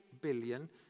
billion